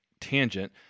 tangent